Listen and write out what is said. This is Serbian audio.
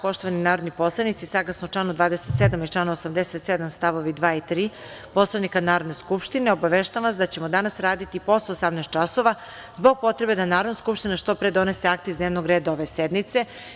Poštovani narodni poslanici, saglasno članu 27. i članu 87. stavovi 2. i 3. Poslovnika Narodne skupštine, obaveštavam vas da ćemo danas raditi i posle 18.00 časova zbog potrebe da Narodna skupštine što pre donese akte iz dnevnog reda ove sednice.